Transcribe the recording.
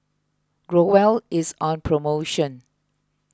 Growell is on promotion